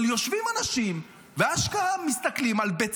אבל יושבים אנשים ואשכרה מסתכלים על בית